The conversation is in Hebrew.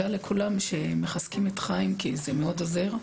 לכולם שמחזקים את חיים כי זה מאוד עוזר,